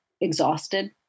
exhausted